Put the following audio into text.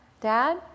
Dad